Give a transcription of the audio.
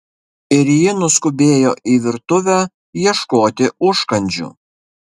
ir ji nuskubėjo į virtuvę ieškoti užkandžių